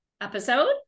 episode